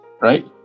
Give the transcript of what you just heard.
right